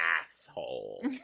asshole